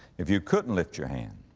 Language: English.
if you couldn't lift your hand,